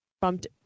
bumped